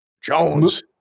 Jones